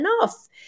enough